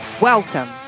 Welcome